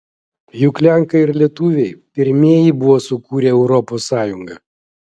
juk lenkai ir lietuviai pirmieji buvo sukūrę europos sąjungą